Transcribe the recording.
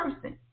person